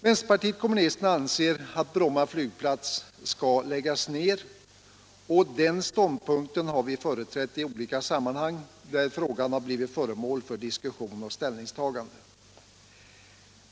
Vänsterpartiet kommunisterna anser att Bromma flygplats skall läggas ner. Den ståndpunkten har vi intagit i olika sammanhang, när frågan har varit föremål för diskussion och ställningstagande.